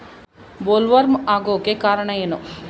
Bollworm ಆಗೋಕೆ ಕಾರಣ ಏನು?